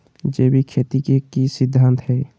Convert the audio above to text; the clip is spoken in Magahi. जैविक खेती के की सिद्धांत हैय?